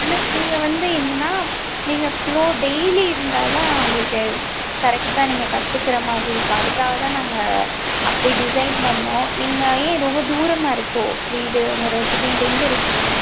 ஆனால் நீங்கள் வந்து என்னனால் நீங்கள் ஃப்லோ டெய்லி இருந்தால் தான் உங்களுக்கு கரெக்டாக நீங்கள் கற்றுக்குற மாதிரி இருக்கும் அதுக்காக தான் நாங்கள் அப்படி டிசைன் பண்ணிணோம் நீங்கள் ஏன் ரொம்ப தூரமாக இருக்கோ வீடு உங்கள் ரெசிடெண்ட் எங்கேருக்கீங்க